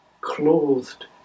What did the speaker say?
clothed